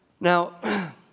Now